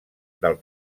del